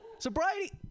Sobriety